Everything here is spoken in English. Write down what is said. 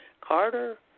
Carter